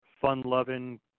Fun-loving